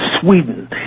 Sweden